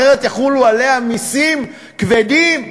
אחרת יחולו עליה מסים כבדים,